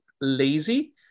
lazy